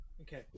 Okay